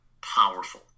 powerful